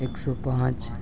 ایک سو پانچ